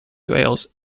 wales